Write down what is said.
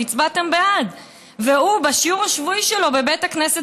והצבעתם בעד והוא בשיעור השבועי שלו בבית הכנסת